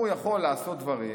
הוא יכול לעשות דברים